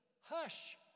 Hush